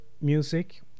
music